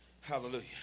Hallelujah